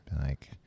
Like-